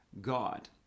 God